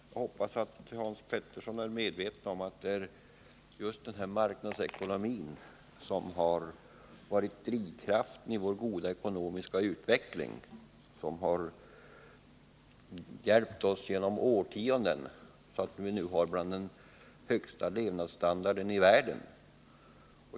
Jag hoppas att han är medveten om att det är just marknadsekonomin som har varit drivkraften bakom vår goda ekonomiska utveckling, som genom årtionden har hjälpt oss så att vi nu hör till de länder som har den högsta levnadsstandarden i världen.